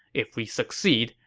if we succeed,